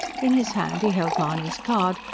in his hand he held mahony's card,